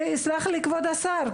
ויסלח לי כבוד השר,